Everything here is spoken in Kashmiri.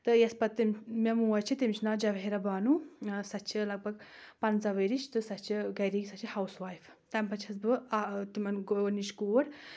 تہٕ یتھ پتہٕ تٔمۍ مےٚ موج چھِ تٔمِس چھِ ناو جَوہرا بانوٗ سۄ چھِ لگ بگ پنٛژاہ ؤرِش تہٕ سۄ چھِ گرِ سۄ چھےٚ ہاوُس وایف تَمہِ پَتہٕ چھس بہٕ تِمن گۄڈٕنِچ کوٗر